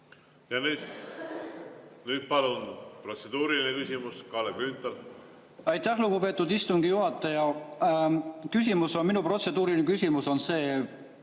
Ja nüüd palun protseduuriline küsimus, Kalle Grünthal. Aitäh, lugupeetud istungi juhataja! Minu protseduuriline küsimus on see,